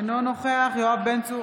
אינו נוכח יואב בן צור,